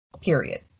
Period